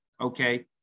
okay